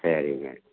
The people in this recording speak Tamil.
சரிங்க